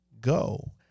go